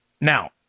Now